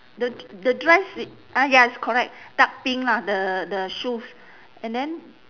the the dress it ah ya it's correct dark pink lah the the shoes and then